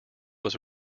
was